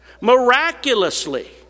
miraculously